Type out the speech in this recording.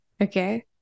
okay